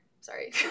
Sorry